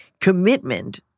commitment